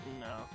No